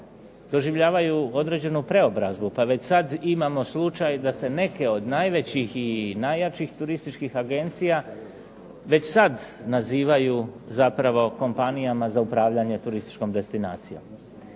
doživljavaju određenu preobrazbu, pa već sad imamo slučaj da se neke od najvećih i najjačih turističkih agencija već sad nazivaju zapravo kompanijama za upravljanje turističkom destinacijom.